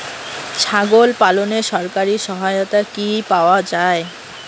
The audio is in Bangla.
ছাগল পালনে সরকারি সহায়তা কি পাওয়া যায়?